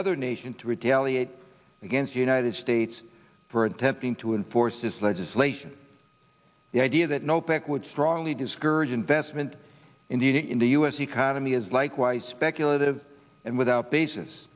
other nation to retaliate against the united states for attempting to enforce this legislation the idea that no pick would strongly discourage investment indeed in the u s economy is likewise speculative and without basis